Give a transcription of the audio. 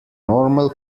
normal